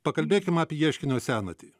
pakalbėkim apie ieškinio senatį